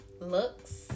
looks